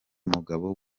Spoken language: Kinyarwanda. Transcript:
mugabo